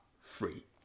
free